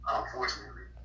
unfortunately